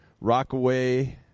Rockaway